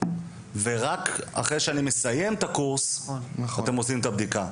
ורק אחרי שאני מסיים את הקורס אתם עושים את הבדיקה?